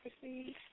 proceed